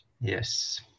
Yes